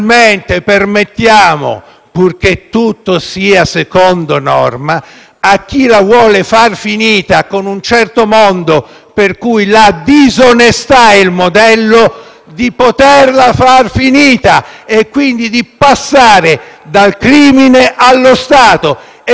purché tutto sia secondo norma, a chi la vuole farla finita con un certo mondo per cui la disonestà è il modello, di poterla far finita e quindi di passare dal crimine allo Stato. Aggiungo anche